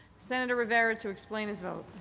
senator rivera to explain his vote.